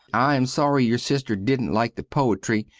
i am sorry your sister dident like the poitry.